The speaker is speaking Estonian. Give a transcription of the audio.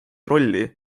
rolli